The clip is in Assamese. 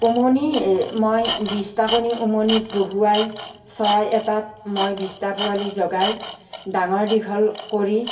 উমনি মই বিশটা কণী উমনিত বহুৱাই চৰাই এটাত মই বিশটা পোৱালি জগাই ডাঙৰ দীঘল কৰি